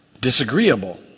disagreeable